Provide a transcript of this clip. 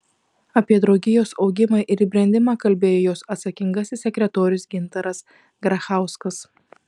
apie draugijos augimą ir brendimą kalbėjo jos atsakingasis sekretorius gintaras grachauskas